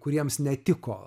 kuriems netiko